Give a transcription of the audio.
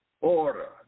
order